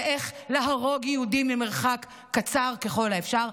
איך להרוג יהודי ממרחק קצר ככל האפשר,